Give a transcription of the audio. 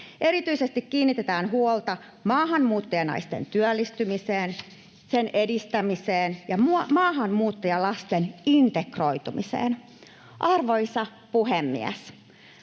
Erityisesti kiinnitetään huolta maahanmuuttajanaisten työllistymiseen, sen edistämiseen ja maahanmuuttajalasten integroitumiseen. Arvoisa puhemies!